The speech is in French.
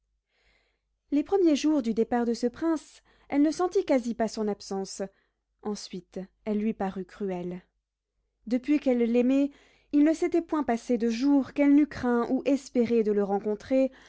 les premiers jours du départ de ce prince elle ne sentit quasi pas son absence ensuite elle lui parut cruelle depuis qu'elle l'aimait il ne s'était point passé de jour qu'elle n'eût craint ou espéré de le rencontrer